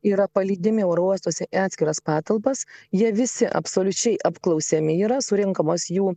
yra palydimi oro uostuose į atskiras patalpas jie visi absoliučiai apklausiami yra surenkamos jų